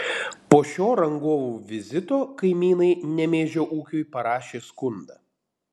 po šio rangovų vizito kaimynai nemėžio ūkiui parašė skundą